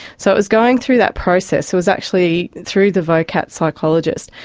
so it was going through that process, it was actually through the vocat psychologist,